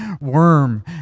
worm